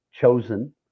chosen